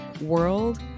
world